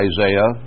Isaiah